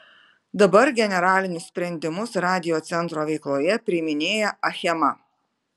dabar generalinius sprendimus radiocentro veikloje priiminėja achema